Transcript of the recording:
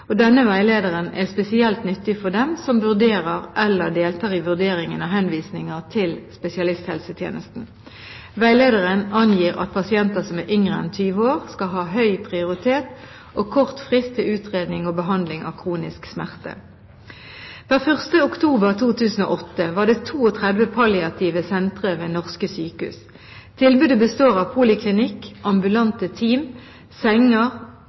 vurderer eller deltar i vurderingen av henvisninger til spesialisthelsetjenesten. Veilederen angir at pasienter som er yngre enn 20 år, skal ha høy prioritet og kort frist til utredning og behandling av kronisk smerte. Per 1. oktober 2008 var det 32 palliative sentre ved norske sykehus. Tilbudet består av poliklinikk, ambulante team, senger